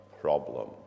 problem